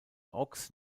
ochs